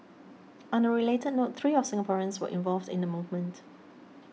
on a related note three of Singaporeans were involved in the movement